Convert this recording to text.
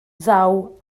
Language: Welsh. ddaw